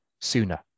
sooner